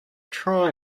try